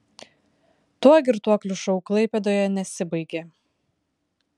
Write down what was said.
tuo girtuoklių šou klaipėdoje nesibaigė